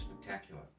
Spectacular